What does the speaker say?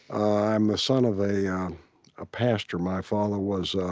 i'm a son of a um a pastor. my father was ah